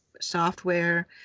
software